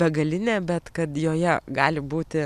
begalinė bet kad joje gali būti